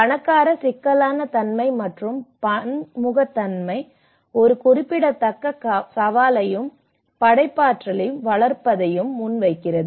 பணக்கார சிக்கலான தன்மை மற்றும் பன்முகத்தன்மை ஒரு குறிப்பிடத்தக்க சவாலையும் படைப்பாற்றலை வளர்ப்பதையும் முன்வைக்கிறது